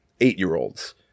eight-year-olds